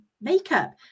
makeup